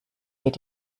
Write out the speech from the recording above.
geht